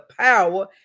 power